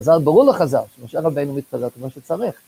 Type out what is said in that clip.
זה ברור לחז"ל, שמשה רבינו מתפלל כמו שצריך.